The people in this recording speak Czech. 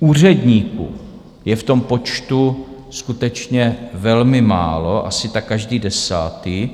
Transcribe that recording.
Úředníků je v tom počtu skutečně velmi málo, asi tak každý desátý.